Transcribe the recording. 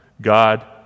God